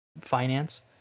finance